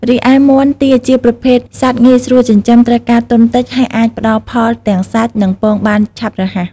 រីឯមាន់ ទា ជាប្រភេទសត្វងាយស្រួលចិញ្ចឹម ត្រូវការទុនតិច ហើយអាចផ្តល់ផលទាំងសាច់ និងពងបានឆាប់រហ័ស។